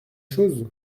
chose